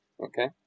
Okay